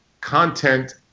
content